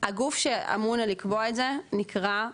הגוף שאמון על לקבוע את זה, נקרא,